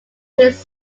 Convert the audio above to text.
his